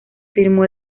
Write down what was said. firmó